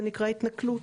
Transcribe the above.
זה נקרא התנכלות,